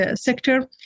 sector